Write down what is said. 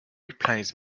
replaced